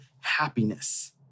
happiness